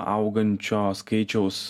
augančio skaičiaus